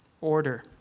order